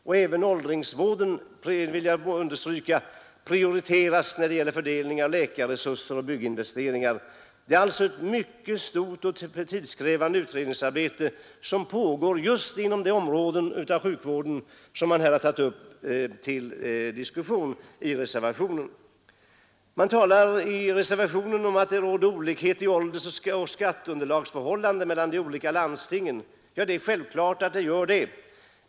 Jag vill understryka att även åldringsvården prioriteras när det gäller fördelningen av ökade läkarresurser och av bygginvesteringar. Det pågår alltså ett mycket stort och tidskrävande utredningsarbete inom just de områden av sjukvården som man i reservationen tagit upp till diskussion. I reservationen talas det om att det råder olikheter i åldersoch skatteunderlagsförhållanden mellan de olika landstingen. Ja, det är självklart att det gör det.